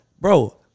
bro